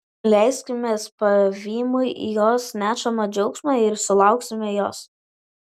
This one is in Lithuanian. leiskimės pavymui į jos nešamą džiaugsmą ir sulauksime jos